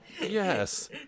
yes